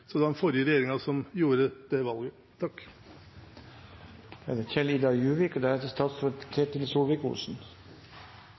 Så det var den forrige regjeringen som gjorde det valget.